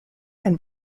and